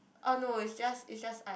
oh no it's just it's just